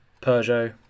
Peugeot